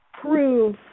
prove